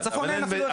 בצפון אין אפילו אחד.